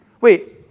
Wait